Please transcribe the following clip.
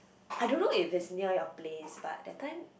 I don't know if it's near your place but that time